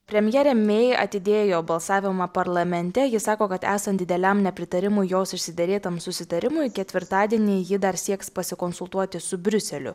premjerė mey atidėjo balsavimą parlamente ji sako kad esant dideliam nepritarimui jos išsiderėtam susitarimui ketvirtadienį ji dar sieks pasikonsultuoti su briuseliu